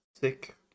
sick